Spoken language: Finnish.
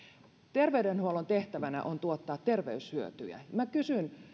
terveydenhuollon tehtävänä on tuottaa terveyshyötyjä minä kysyn